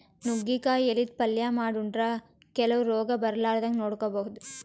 ನುಗ್ಗಿಕಾಯಿ ಎಲಿದ್ ಪಲ್ಯ ಮಾಡ್ ಉಂಡ್ರ ಕೆಲವ್ ರೋಗ್ ಬರಲಾರದಂಗ್ ನೋಡ್ಕೊಬಹುದ್